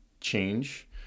change